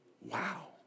Wow